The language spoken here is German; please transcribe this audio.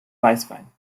weißwein